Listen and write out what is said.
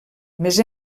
més